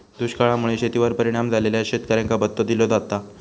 दुष्काळा मुळे शेतीवर परिणाम झालेल्या शेतकऱ्यांका भत्तो दिलो जाता